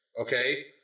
Okay